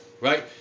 right